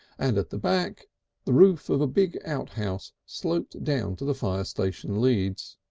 and at the back the roof of a big outhouse sloped down to the fire station leads.